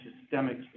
systemic